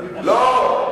לא.